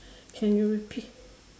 can you repeat